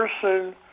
person